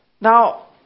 Now